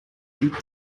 sieht